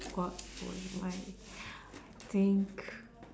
what would my I think